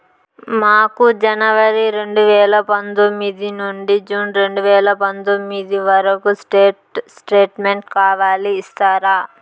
మాకు జనవరి రెండు వేల పందొమ్మిది నుండి జూన్ రెండు వేల పందొమ్మిది వరకు స్టేట్ స్టేట్మెంట్ కావాలి ఇస్తారా